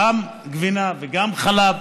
גם גבינה וגם חלב.